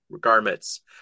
garments